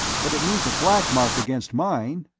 but it means a black mark against mine!